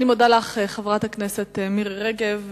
אני מודה לך, חברת הכנסת מירי רגב.